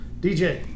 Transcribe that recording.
DJ